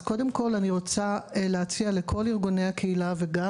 אז קודם כל אני רוצה להציע לכל ארגוני הקהילה וגם